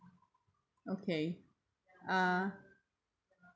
okay uh